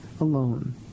alone